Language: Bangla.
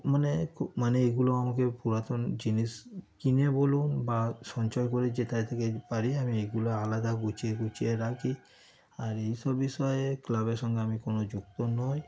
মানে খুব মানে এগুলো আমাকে পুরাতন জিনিস কিনে বলুন বা সঞ্চয় করে যেথা থেকে পারি আমি এগুলো আলাদা গুছিয়ে গুছিয়ে রাখি আর এইসব বিষয়ে ক্লাবের সঙ্গে আমি কোনো যুক্ত নই